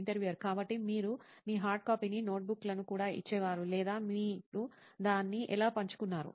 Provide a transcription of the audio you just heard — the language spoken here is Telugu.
ఇంటర్వ్యూయర్ కాబట్టి మీరు మీ హార్డ్ కాపీని నోట్బుక్లను కూడా ఇచ్చేవారు లేదా మీరు దాన్ని ఎలా పంచుకున్నారు